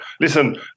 Listen